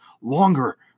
longer